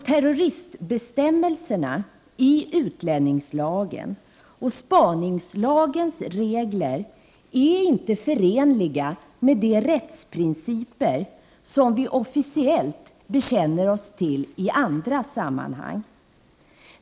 Terroristbestämmelserna i utlänningslagen och spaningslagens regler är inte förenliga med de rättsprinciper som vi officiellt bekänner oss till i andra sammanhang.